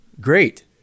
Great